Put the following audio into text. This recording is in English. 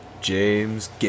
James